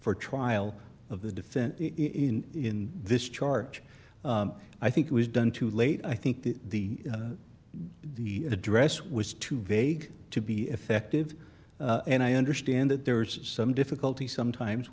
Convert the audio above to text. for trial of the defense in this charge i think it was done too late i think the the address was too vague to be effective and i understand that there's some difficulty sometimes